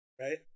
Right